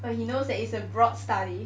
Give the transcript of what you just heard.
or he knows that it's a broad study